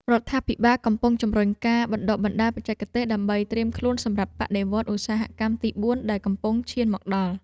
រដ្ឋាភិបាលកំពុងជំរុញការបណ្តុះបណ្តាលបច្ចេកទេស ដើម្បីត្រៀមខ្លួនសម្រាប់បដិវត្តឧស្សាហកម្មទីបួនដែលកំពុងឈានមកដល់។